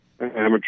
amateur